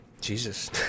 Jesus